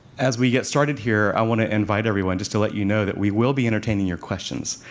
as we get started here, i want to invite everyone just to let you know that we will be entertaining your questions.